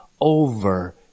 over